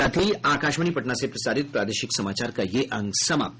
इसके साथ ही आकाशवाणी पटना से प्रसारित प्रादेशिक समाचार का ये अंक समाप्त हुआ